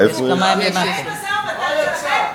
לא, כי לנהל משא-ומתן שלכם יוצא,